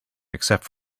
except